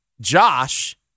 Josh